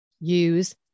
use